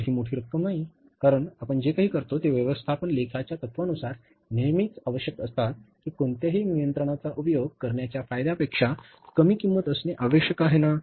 तर ती मोठी रक्कम नाही कारण आपण जे काही करतो ते व्यवस्थापन लेखाच्या तत्त्वांनुसार नेहमीच आवश्यक असतात की कोणत्याही नियंत्रणाचा उपयोग करण्याच्या फायद्यांपेक्षा कमी किंमत असणे आवश्यक आहे ना